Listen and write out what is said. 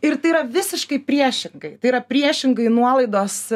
ir tai yra visiškai priešingai tai yra priešingai nuolaidos